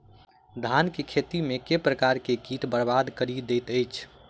धान केँ खेती मे केँ प्रकार केँ कीट बरबाद कड़ी दैत अछि?